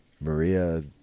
Maria